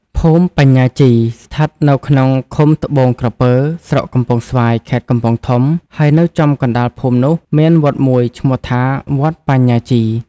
ភូមិបញ្ញាជីស្ថិតនៅក្នុងឃុំត្បូងក្រពើ ស្រុកកំពង់ស្វាយ ខេត្តកំពង់ធំ ហើយនៅចំកណ្ដាលភូមិនោះមានវត្តមួយឈ្មោះថា វត្តបញ្ញាជី។